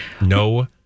no